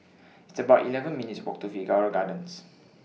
It's about eleven minutes' Walk to Figaro Gardens